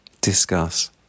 Discuss